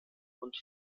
und